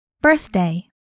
Birthday